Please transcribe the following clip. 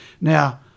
Now